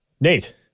Nate